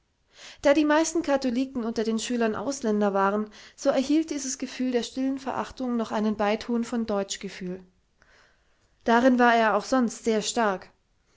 da die meisten katholiken unter den schülern ausländer waren so erhielt dieses gefühl der stillen verachtung noch einen beiton von deutschgefühl darin war er auch sonst sehr stark